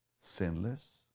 sinless